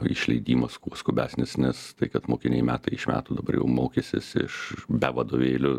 išleidimas kuo skubesnis nes tai kad mokiniai metai iš metų dabar jau mokysis iš be vadovėlių